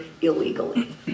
illegally